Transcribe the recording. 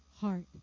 heart